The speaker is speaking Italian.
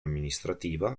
amministrativa